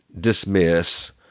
dismiss